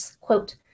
quote